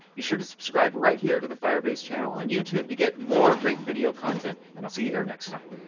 be sure to subscribe right here to the firebase channel on youtube to get more great video content. and i'll see you here next time.